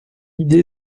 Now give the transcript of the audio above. idée